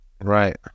Right